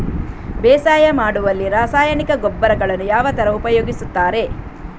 ಬೇಸಾಯ ಮಾಡುವಲ್ಲಿ ರಾಸಾಯನಿಕ ಗೊಬ್ಬರಗಳನ್ನು ಯಾವ ತರ ಉಪಯೋಗಿಸುತ್ತಾರೆ?